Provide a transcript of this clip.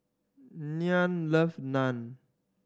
Nyah love Naan